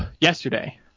yesterday